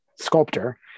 sculptor